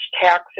taxes